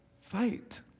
fight